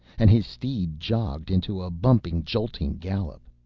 and his steed jogged into a bumping, jolting gallop.